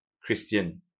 Christian